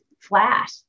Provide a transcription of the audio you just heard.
flat